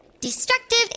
Destructive